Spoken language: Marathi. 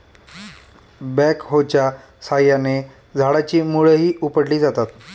बॅकहोच्या साहाय्याने झाडाची मुळंही उपटली जातात